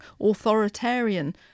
authoritarian